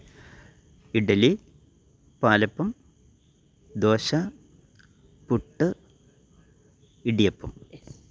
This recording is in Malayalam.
ഇഡ്ഡലി പാലപ്പം ദോശ പുട്ട് ഇടിയപ്പം